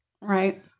Right